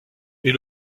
est